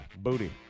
booty